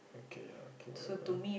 okay okay whatever